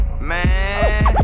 man